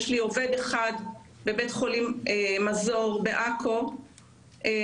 יש לי עובד אחד בבית החולים מזור בעכו עם